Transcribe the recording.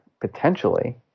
potentially